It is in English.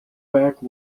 back